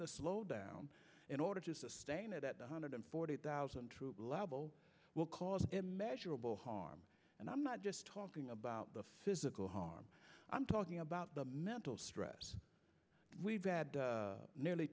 the slow down in order to sustain it at one hundred forty thousand troop level will cause measurable harm and i'm not just talking about the physical harm i'm talking about the mental stress we've had nearly